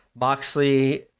Moxley